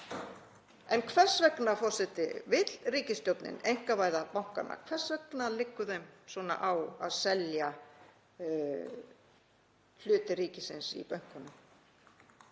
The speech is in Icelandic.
En hvers vegna, forseti, vill ríkisstjórnin einkavæða bankana? Hvers vegna liggur svona á að selja hluti ríkisins í bönkunum?